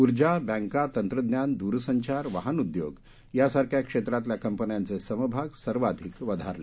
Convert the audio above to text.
ऊर्जा बँका तंत्रज्ञान द्रसंचार वाहन उद्योग यासारख्या क्षेत्रातल्या कंपन्यांचे समभाग सर्वाधिक वधारले